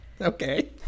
Okay